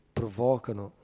provocano